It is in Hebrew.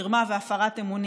מרמה והפרת אמונים,